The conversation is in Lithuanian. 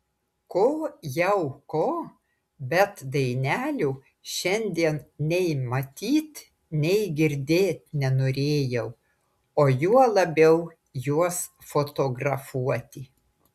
ko jau ko bet danielių šiandien nei matyt nei girdėt nenorėjau o juo labiau juos fotografuoti